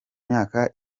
myaka